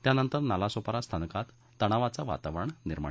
त्यानंतर नालासोपारा स्थानकात तणावाचं वातावरण निर्माण झालं